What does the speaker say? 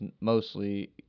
mostly